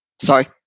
sorry